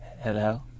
Hello